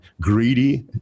greedy